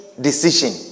decision